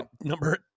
number